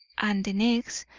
and the next,